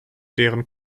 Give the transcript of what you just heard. deren